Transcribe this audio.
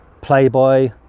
playboy